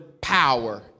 power